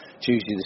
Tuesday